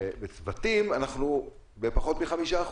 בצוותים שם אנחנו בפחות מ-5%.